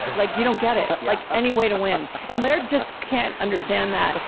like you don't get it, like any way to win. and laird just can't understand that.